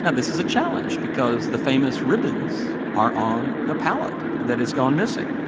this is a challenge because the famous ribbons are on the pallet that has gone missing.